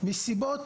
מסיבות